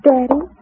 Daddy